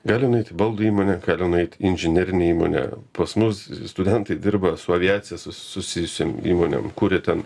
gali nueit į baldų įmonę gali nueit į inžinerinę įmonę pas mus studentai dirba su aviacija susijusiom įmonėm kuria ten